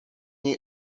něj